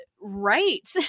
right